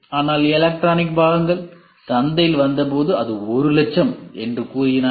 ஆனால் எலக்ட்ரானிக் பாகங்கள் சந்தைக்கு வந்தபோது அது 1 லட்சம் என்று கூறுகிறார்கள்